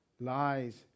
lies